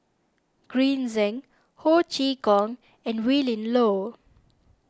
Green Zeng Ho Chee Kong and Willin Low